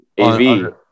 Av